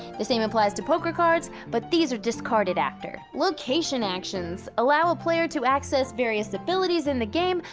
the same applies to poker cards but these are discarded after. location actions allow a player to access various abilities in the game,